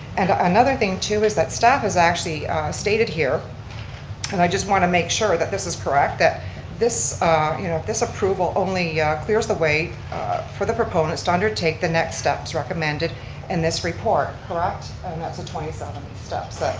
and another thing too is that staff has actually stated here and i just want to make sure that this is correct that this you know this approval only yeah clears the way for the proponents to undertake the next steps recommended in and this report, correct? and that's the twenty seven steps,